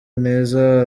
neza